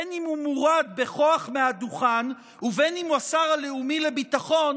בין שהוא מורד בכוח מהדוכן ובן שהוא השר הלאומי לביטחון,